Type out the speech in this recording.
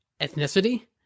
Ethnicity